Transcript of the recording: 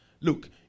Look